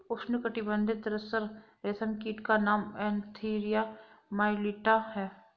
उष्णकटिबंधीय तसर रेशम कीट का नाम एन्थीरिया माइलिट्टा है